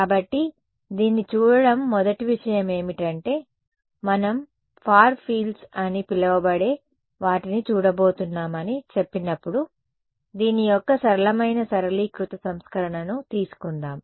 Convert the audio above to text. కాబట్టి దీన్ని చూడటం మొదటి విషయం ఏమిటంటే మనం ఫార్ ఫీల్డ్స్ అని పిలవబడే వాటిని చూడబోతున్నామని చెప్పినప్పుడు దీని యొక్క సరళమైన సరళీకృత సంస్కరణను తీసుకుందాం